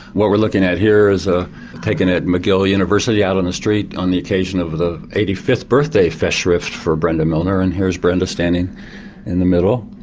what we're looking at here is ah taken at mcgill university out on the street on the occasion of the eighty fifth birthday festschrift for brenda milner and here's brenda standing in the middle.